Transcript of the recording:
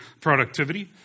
productivity